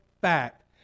fact